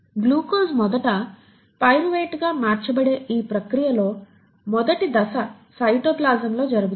glucose మొదట పైరువేట్గా మార్చబడే ఈ ప్రక్రియలో మొదటి దశ సైటోప్లాజంలో జరుగుతుంది